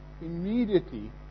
Immediately